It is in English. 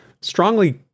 strongly